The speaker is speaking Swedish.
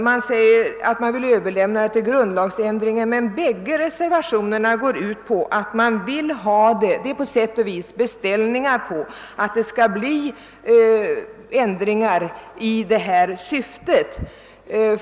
De skriver att de vill överlämna hela frågan till grundlagberedningen, men skrivningen i båda reservationerna är på sätt och vis en beställning i reservationernas syfte.